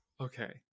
Okay